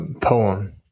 poem